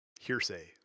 hearsay